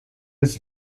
its